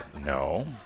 No